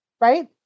right